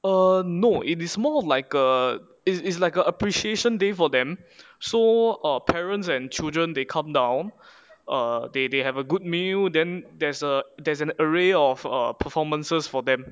err no it is more of like uh it's it's like a appreciation day for them so err parents and children they come down err they they have a good meal then there's a there's an array of performances for them